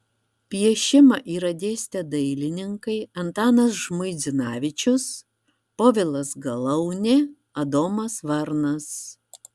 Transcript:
piešimą yra dėstę dailininkai antanas žmuidzinavičius povilas galaunė adomas varnas